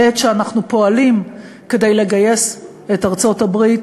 בעת שאנחנו פועלים כדי לגייס את ארצות-הברית